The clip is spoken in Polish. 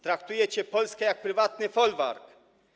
Traktujecie Polskę jak prywatny folwark.